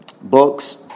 books